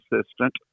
assistant